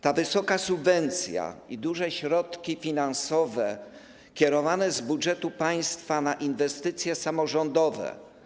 Ta wysoka subwencja i duże środki finansowe kierowane były z budżetu państwa na inwestycje samorządowe.